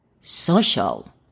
social